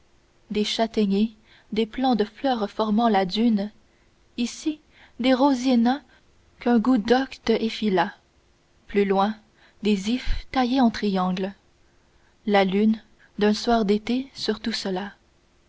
des châtaigniers des plants de fleurs formant la dune ici des rosiers nains qu'un goût docte effila plus loin des ifs taillés en triangles la lune d'un soir d'été sur tout cela